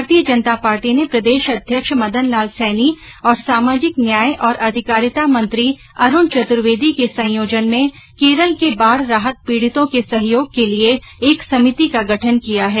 भाजपा ने प्रदेश अध्यक्ष मदन लाल सैनी और सामाजिक न्याय और अधिकारिता मंत्री अरूण चतुर्वेदी के संयोजन में केरल के बाढ राहत पीढितों के सहयोग के लिए एक समिति का गठन किया गया है